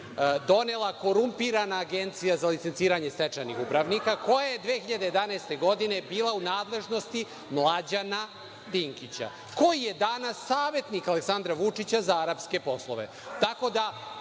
donela korumpirana Agencija za licenciranje stečajnih upravnika, koja je 2011. godine bila u nadležnosti Mlađana Dinkića, koji je danas savetnik Aleksandra Vučića za arapske poslove. Tako